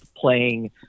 playing